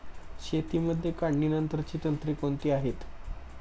शेतीमध्ये काढणीनंतरची तंत्रे कोणती आहेत?